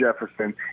Jefferson